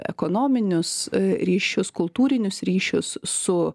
ekonominius ryšius kultūrinius ryšius su